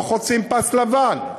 לא חוצים פס לבן,